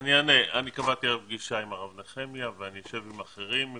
אני קבעתי הערב פגישה עם הרב נחמיה ואני אשב עם אחרים.